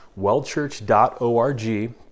wellchurch.org